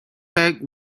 pack